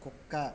కుక్క